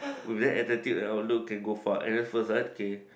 with that attitude and outlook can go for n_s first ah K